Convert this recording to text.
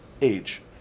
age